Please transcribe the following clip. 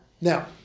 Now